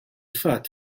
fatt